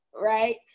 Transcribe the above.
right